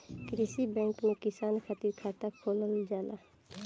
कृषि बैंक में किसान खातिर खाता खोलल जाला